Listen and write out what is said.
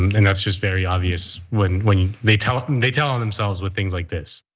and that's just very obvious when when they tell um they tell um themselves with things like this.